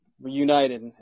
reunited